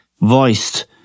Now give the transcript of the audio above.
voiced